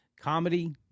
Comedy